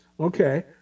Okay